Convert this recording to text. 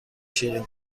شیرین